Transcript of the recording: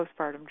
postpartum